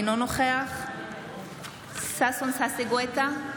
אינו נוכח ששון ששי גואטה,